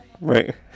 right